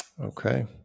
Okay